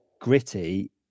gritty